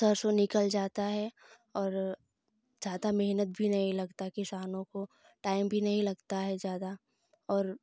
सरसों निकल जाता है और ज़्यादा मेहनत भी नहीं लगता है किसानों को टाइम भी नहीं लगता है ज़्यादा और